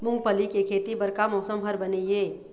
मूंगफली के खेती बर का मौसम हर बने ये?